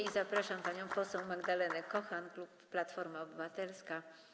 I zapraszam panią poseł Magdalenę Kochan, klub Platforma Obywatelska.